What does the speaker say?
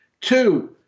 Two